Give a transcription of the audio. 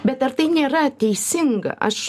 bet ar tai nėra teisinga aš